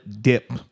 dip